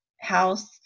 house